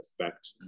affect